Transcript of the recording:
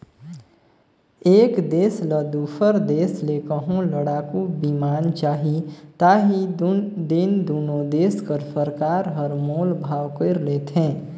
एक देस ल दूसर देस ले कहों लड़ाकू बिमान चाही ता ही दिन दुनो देस कर सरकार हर मोल भाव कइर लेथें